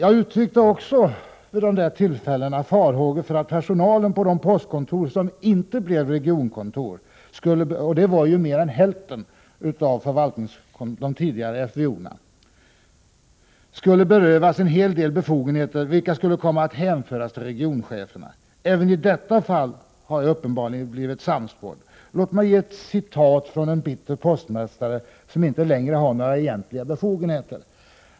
Jag uttryckte också farhågor för att personalen på de postkontor som inte blev regionkontor — och det var ju mer än hälften av de tidigare förvaltningsområdena — skulle berövas en hel del befogenheter, vilka skulle komma att överföras till regioncheferna. Även i detta fall har jag uppenbarligen blivit sannspådd. Låt mig citera en bitter postmästare, som inte längre har några egentliga befogenheter.